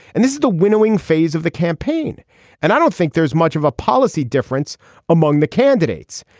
and this is the winnowing phase of the campaign and i don't think there's much of a policy difference among the candidates.